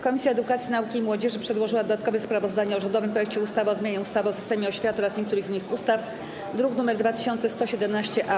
Komisja Edukacji, Nauki i Młodzieży przedłożyła dodatkowe sprawozdanie o rządowym projekcie ustawy o zmianie ustawy o systemie oświaty oraz niektórych innych ustaw, druk nr 2117-A.